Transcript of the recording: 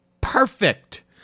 Perfect